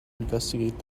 investigate